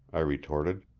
i retorted.